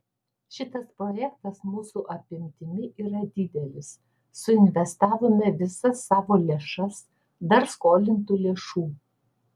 šitas projektas mūsų apimtimi yra didelis suinvestavome visas savo lėšas dar skolintų lėšų